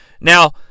Now